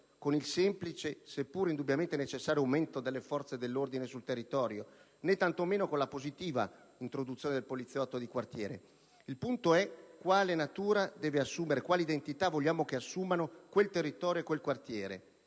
con il semplice - se pur indubbiamente necessario - aumento delle forze dell'ordine sul territorio, né tanto meno con la positiva introduzione del poliziotto di quartiere. Il punto è quale natura deve assumere, quale identità vogliamo che assumano quel territorio e quel quartiere: